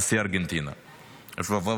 ארגנטינה -- מגדלור.